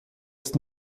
ist